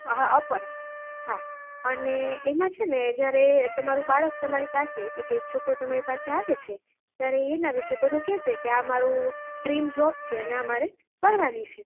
હ અપર હા અને એમાં છે ને જ્યારે તમારું બાળક તમારી પાસે એટલે કે છોકરો તમારી પાસે આવે છે ત્યારે એના વિશે બધું કહેશે કે આ મારું ડ્રીમ જોબ છે અને આ મારે કરવાની છે